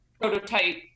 prototype